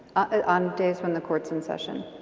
ah on days when the court's in session?